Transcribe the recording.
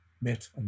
met